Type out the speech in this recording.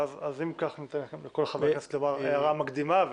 אז אם כך ניתן לכל חבר כנסת לומר הערה מקדימה,